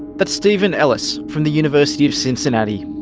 that's steven ellis from the university of cincinnati.